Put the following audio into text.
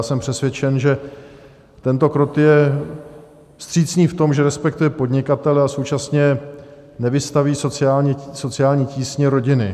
Jsem přesvědčen, že tento krok je vstřícný v tom, že respektuje podnikatele a současně nevystaví sociální tísni rodiny.